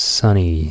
sunny